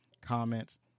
comments